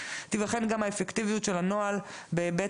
תיבחן גם האפקטיביות של הנוהל בהיבט